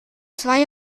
zwei